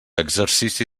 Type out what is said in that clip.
exercici